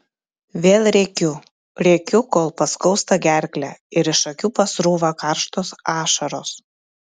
vėl rėkiu rėkiu kol paskausta gerklę ir iš akių pasrūva karštos ašaros